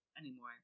anymore